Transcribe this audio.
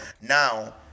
Now